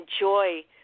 enjoy